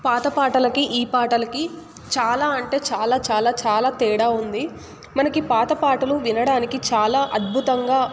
పాత పాటలకి ఈ పాటలకి చాలా అంటే చాలా చాలా చాలా తేడా ఉంది మనకి పాత పాటలు వినడానికి చాలా అద్భుతంగా